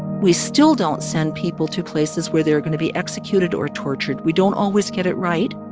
we still don't send people to places where they are going to be executed or tortured. we don't always get it right,